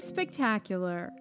Spectacular